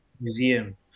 Museum